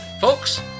Folks